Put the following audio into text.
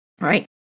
right